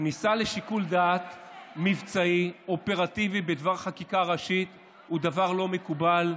כניסה לשיקול דעת מבצעי אופרטיבי בדבר חקיקה ראשית הוא דבר לא מקובל.